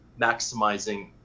maximizing